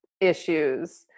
issues